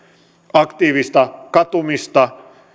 aktiivista katumista